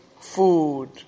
food